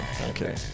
Okay